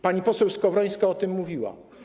Pani poseł Skowrońska o tym mówiła.